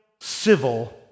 civil